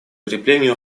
укреплению